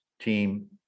team